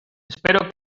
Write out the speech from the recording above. espero